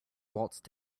waltzed